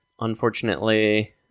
Unfortunately